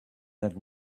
that